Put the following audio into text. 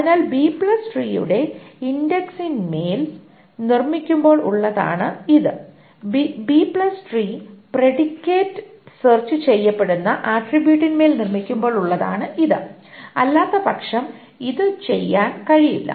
അതിനാൽ B tree B tree ഇൻഡെക്സിൻമേൽ നിർമ്മിക്കുമ്പോൾ ഉള്ളതാണ് ഇത് B tree B tree predicate search ചെയ്യപ്പെടുന്ന ആട്രിബ്യൂട്ടിൻമേൽ നിർമ്മിക്കുമ്പോൾ ഉള്ളതാണ് ഇത് അല്ലാത്തപക്ഷം ഇത് ചെയ്യാൻ കഴിയില്ല